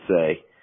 say